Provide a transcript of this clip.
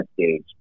stage